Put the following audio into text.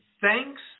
thanks